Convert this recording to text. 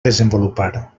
desenvolupar